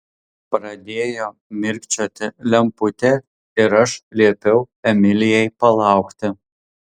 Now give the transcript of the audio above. pradėjo mirkčioti lemputė ir aš liepiau emilijai palaukti